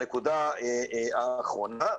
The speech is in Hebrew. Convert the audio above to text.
נקודה אחרונה,